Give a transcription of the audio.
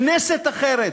כנסת אחרת,